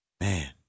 Man